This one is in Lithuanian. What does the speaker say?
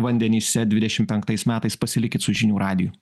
vandenyse dvidešimt penktais metais pasilikit su žinių radiju